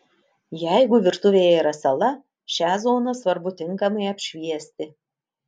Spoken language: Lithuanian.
jeigu virtuvėje yra sala šią zoną svarbu tinkamai apšviesti